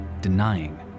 denying